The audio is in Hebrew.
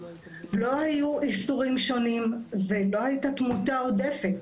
לא היו איסורים שונים ולא הייתה תמותה עודפת.